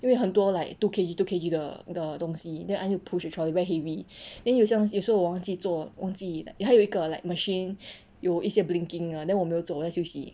因为很多 like two K_G two K_G 的的东西 then I need to push the trolley back very heavy then 有些东西是我忘记做忘记还有一个 like machine 有一些 blinking 的 then 我没有做我在休息